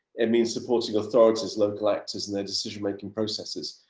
it means supporting authorities, local actors in their decision making processes.